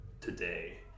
today